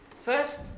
First